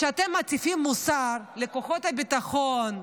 אז כשאתם מטיפים מוסר לכוחות הביטחון,